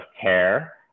care